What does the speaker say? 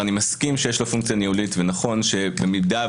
אני מסכים שיש לו פונקציה ניהולית ונכון שבמידה